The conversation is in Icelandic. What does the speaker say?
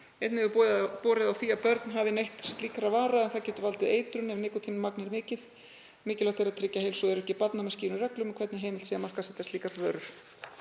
Einnig hefur borið á því að börn hafi neytt slíkra vara en það getur valdið eitrun ef nikótínmagn er mikið. Mikilvægt er að tryggja heilsu og öryggi barna með skýrum reglum um hvernig heimilt sé að markaðssetja slíkar vörur.